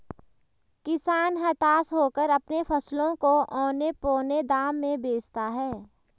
किसान हताश होकर अपने फसलों को औने पोने दाम में बेचता है